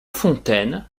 fontaine